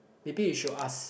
maybe you should ask